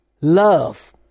Love